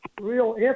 real